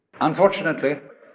Unfortunately